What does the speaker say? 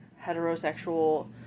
heterosexual